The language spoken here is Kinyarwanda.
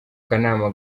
kanama